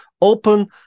open